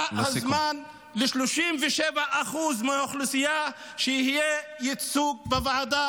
הזמן של-37% מהאוכלוסייה יהיה ייצוג בוועדה